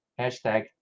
hashtag